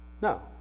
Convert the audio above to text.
No